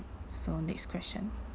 so next question